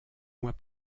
mois